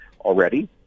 already